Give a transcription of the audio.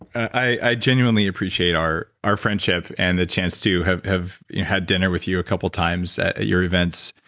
i genuinely appreciate our our friendship and the chance to have have had dinner with you a couple times at your events,